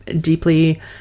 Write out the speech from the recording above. deeply